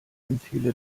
empfehle